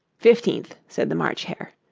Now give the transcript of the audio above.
fifteenth, said the march hare.